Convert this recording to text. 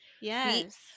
Yes